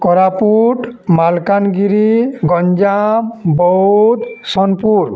Koraput Malkangiri Ganjam Boudh Sonepur